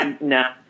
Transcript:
No